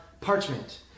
parchment